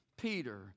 Peter